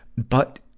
but,